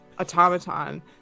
automaton